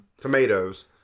Tomatoes